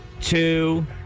two